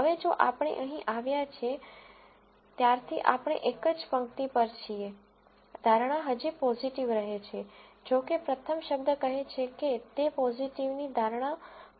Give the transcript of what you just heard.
હવે જો આપણે અહીં આવ્યાં છીએ ત્યારથી આપણે એક જ પંક્તિ પર છીએ ધારણા હજી પોઝીટિવ રહે છે જો કે પ્રથમ શબ્દ કહે છે કે તે પોઝીટિવની ધારણા ખોટી છે